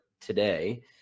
today